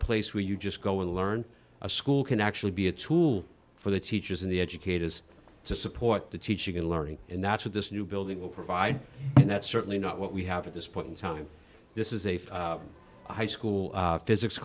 place where you just go and learn a school can actually be a tool for the teachers and the educators to support the teaching and learning and that's what this new building will provide and that's certainly not what we have at this point in time this is a for high school physics